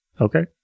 Okay